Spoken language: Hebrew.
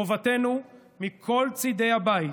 חובתנו מכל צידי הבית,